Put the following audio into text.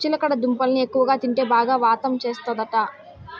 చిలకడ దుంపల్ని ఎక్కువగా తింటే బాగా వాతం చేస్తందట